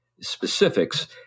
specifics